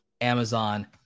Amazon